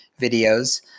videos